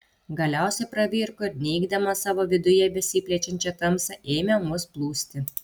galiausiai pravirko ir neigdama savo viduje besiplečiančią tamsą ėmė mus plūsti